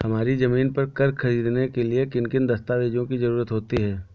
हमारी ज़मीन पर कर्ज ख़रीदने के लिए किन किन दस्तावेजों की जरूरत होती है?